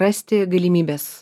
rasti galimybes